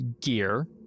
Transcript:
gear